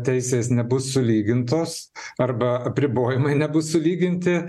teisės nebus sulygintos arba apribojimai nebus sulyginti